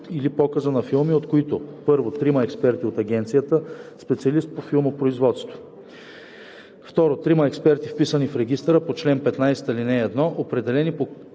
или показа на филми, от които: 1. трима експерти от агенцията, специалисти по филмопроизводство; 2. трима експерти, вписани в регистъра по чл. 15, ал. 1, определени по